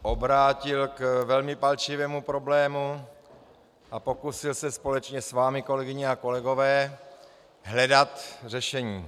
obrátil k velmi palčivému problému a pokusil se společně s vámi, kolegyně a kolegové, hledat řešení.